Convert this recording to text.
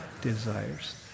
desires